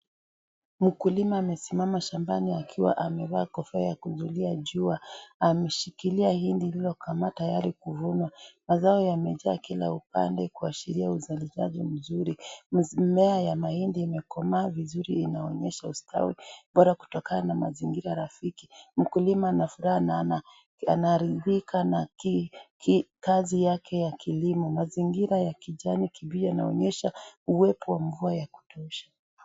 Mkulima amesimama shambani akiwa amevalia kofia ya kuzuilia jua. Ameshikilia hindi lililokomaa tayari kuvunwa. Mazao yamejaa kila upande kuashiria uzalishaji mzuri. Mmea wa mahindi umekomaa vizuri unaonyesha ustawi, bora kutokana na mazingira rafiki. Mkulima ana furaha na anaridhika na kazi yake ya kilimo. Mazingira ya kijani kibichi yanaonyesha uwepo wa mvua ya kutosha.